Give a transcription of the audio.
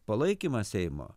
palaikymą seimo